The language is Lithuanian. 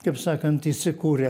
kaip sakant įsikūrę